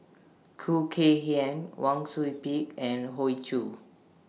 Khoo Kay Hian Wang Sui Pick and Hoey Choo